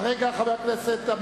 כרגע ביקש את זה חבר הכנסת פרץ.